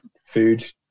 food